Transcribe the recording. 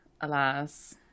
alas